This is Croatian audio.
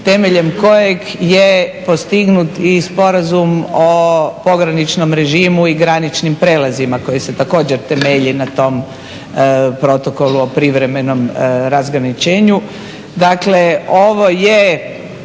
temeljem kojeg je postignut i Sporazum o pograničnom režimu i graničnim prijelazima koji se također temelji na tom protokolu o privremenom razgraničenju. Dakle, ovo je